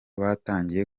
batangiye